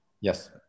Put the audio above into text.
Yes